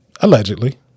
Allegedly